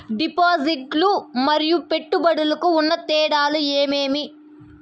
డిపాజిట్లు లు మరియు పెట్టుబడులకు ఉన్న తేడాలు ఏమేమీ?